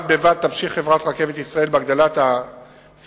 בד בבד תמשיך חברת "רכבת ישראל" בהגדלת הציוד